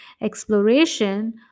exploration